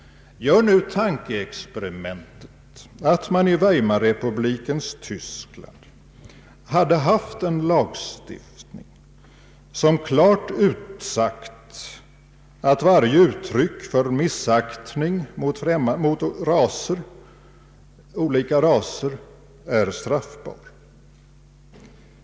Gör nu tankeexperimentet att man i Weimarrepublikens Tyskland hade haft en lagstiftning som klar utsagt att varje uttryck för missaktning mot olika raser är straffbart!